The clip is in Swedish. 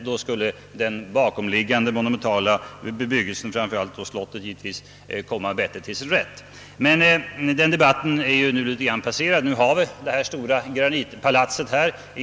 Då skulle den bakomliggande monumentala bebyggelsen — framför allt Slottet — komma bättre till sin rätt. Men den debatten är ju litet grand passerad. Nu har vi det stora granitpalatset här på Helgeandsholmen.